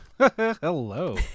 Hello